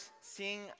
seeing